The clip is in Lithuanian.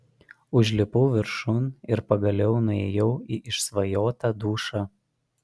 užlipau viršun ir pagaliau nuėjau į išsvajotą dušą